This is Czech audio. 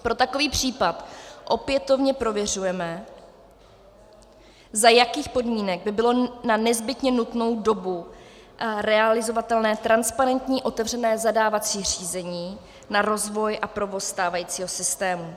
Pro takový případ opětovně prověřujeme, za jakých podmínek by bylo na nezbytně nutnou dobu realizovatelné transparentní otevřené zadávací řízení na rozvoj a provoz stávajícího systému.